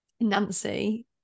Nancy